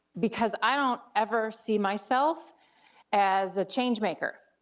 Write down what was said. because i don't ever see myself as a changemaker,